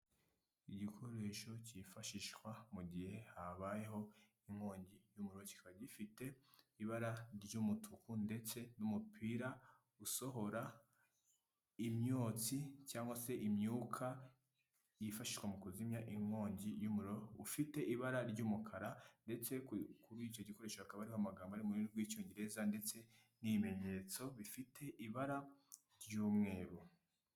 Igikoresho cyifashishwa mu gihe habayeho inkongi y'umuriro, kikaba gifite ibara ry'umutuku ndetse n'umupira usohora imyotsi cyangwa se imyuka yifashishwa mu kuzimya inkongi y'umuriro, ufite ibara ry'umukara ndetse kuri icyo gikoresho hakaba hariho amagambo ari mu rurimi rw'icyongereza ndetse n'ibimenyetso bifite ibara ry'umweru.